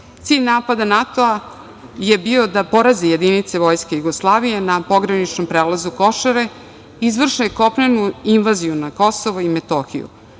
je napada NATO je bio da porazi jedinice Vojske Jugoslavije, na pograničnom prelazu Košare, izvrše kopnenu invaziju na KiM.